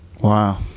Wow